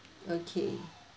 okay